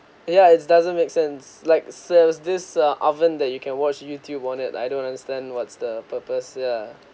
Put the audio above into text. ya it's doesn't make sense like serves this uh oven that you can watch youtube on it I don't understand what's the purpose yeah